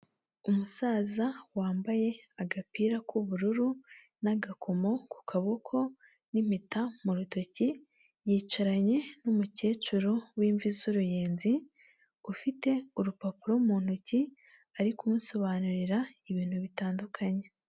Umusaza wambaye agapira k'ubururu, n'agakomo ku kaboko n'impeta mu rutoki, yicaranye n'umukecuru w'imvi z'uruyenzi, ufite urupapuro mu ntoki, ari kumusobanurira ibintu bitandukanye.